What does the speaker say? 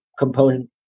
component